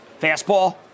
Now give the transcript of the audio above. Fastball